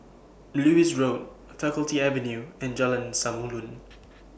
Lewis Road Faculty Avenue and Jalan Samulun